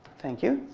thank you.